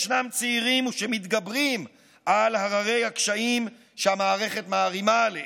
ישנם צעירים שמתגברים על הררי הקשיים שהמערכת מערימה עליהם,